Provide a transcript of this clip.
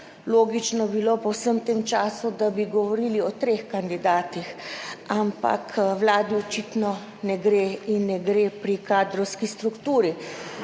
logično bilo po vsem tem času, da bi govorili o treh kandidatih, ampak Vladi očitno ne gre in ne gre pri kadrovski strukturi,